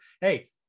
Hey